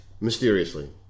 mysteriously